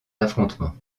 affrontements